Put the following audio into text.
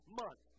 month